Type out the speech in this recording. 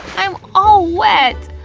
i'm all wet!